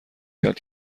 کرد